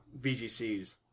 VGCs